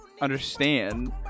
understand